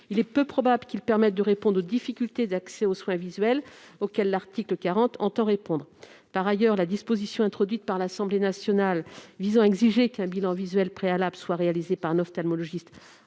Il est donc peu probable qu'il permette de pallier les difficultés d'accès aux soins visuels, auxquelles l'article 40 entend répondre. Par ailleurs, la disposition introduite par l'Assemblée nationale visant à exiger qu'un bilan visuel préalable soit réalisé par un ophtalmologiste